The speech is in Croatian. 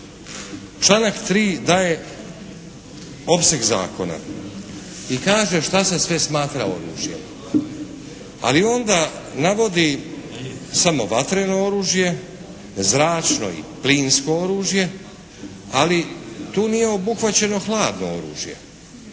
Članak 3. daje opseg zakona i kaže što se sve smatra oružjem. Ali onda navodi samo vatreno oružje, zračno i plinsko oružje, ali tu nije obuhvaćeno hladno oružje.